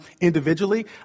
individually